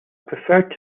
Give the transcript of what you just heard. preferred